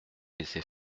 laissé